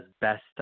best